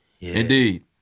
Indeed